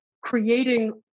creating